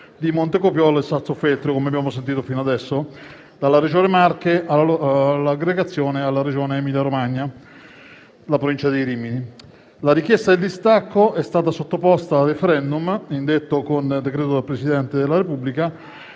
di Montecopiolo e Sassofeltrio - come abbiamo sentito fino adesso - dalla Regione Marche e la loro aggregazione alla regione Emilia-Romagna, nella Provincia di Rimini. La richiesta del distacco è stata sottoposta a *referendum*, indetto con decreto del Presidente della Repubblica,